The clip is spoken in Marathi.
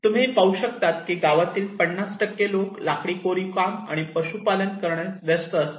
तुम्ही पाहू शकतात ते की गावातील 50 लोक लाकडी कोरीव काम आणि पशुपालन करण्यात व्यस्त असतात